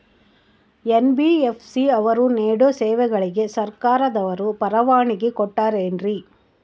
NBFC ಅವರು ನೇಡೋ ಸೇವೆಗಳಿಗೆ ಸರ್ಕಾರದವರು ಪರವಾನಗಿ ಕೊಟ್ಟಾರೇನ್ರಿ?